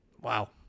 wow